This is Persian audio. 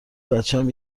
بچم